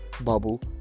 bubble